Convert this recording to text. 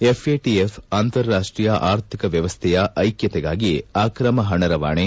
FATF ಅಂತರಾಷ್ಟೀಯ ಆರ್ಥಿಕ ವ್ವವಸ್ಥೆಯ ಏಕ್ಕತೆಗಾಗಿ ಅಕ್ರಮ ಪಣ ರವಾನೆ